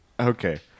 Okay